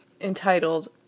entitled